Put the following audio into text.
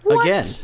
Again